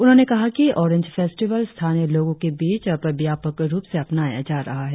उन्होंने कहा कि ओरेंज फेस्टिवल स्थानीय लोगों के बीच अब व्यापक रुप से अपनाया जा रहा है